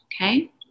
okay